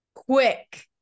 quick